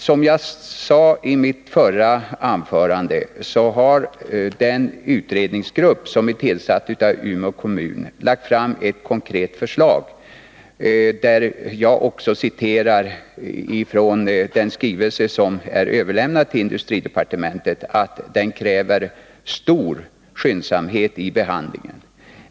Som jag sade i mitt förra anförande har den utredningsgrupp som är tillsatt av Umeå kommun lagt fram ett konkret förslag. Jag har också citerat från den skrivelse som är överlämnad till industridepartementet, där man kräver skyndsamhet i behandlingen.